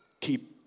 keep